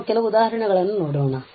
ಆದ್ದರಿಂದ ನಾವು ಕೆಲವು ಉದಾಹರಣೆಗಳನ್ನು ನೋಡೋಣ